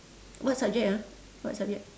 what subject ah what subject